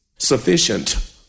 Sufficient